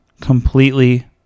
Completely